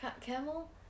Camel